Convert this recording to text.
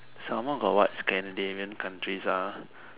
some more got what Scandinavian ah